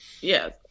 yes